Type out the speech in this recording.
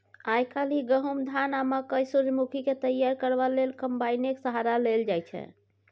आइ काल्हि गहुम, धान, मकय आ सूरजमुखीकेँ तैयार करबा लेल कंबाइनेक सहारा लेल जाइ छै